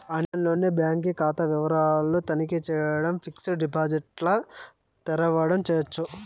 ఆన్లైన్లోనే బాంకీ కాతా వివరాలు తనఖీ చేయడం, ఫిక్సిడ్ డిపాజిట్ల తెరవడం చేయచ్చు